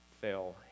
fail